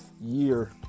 year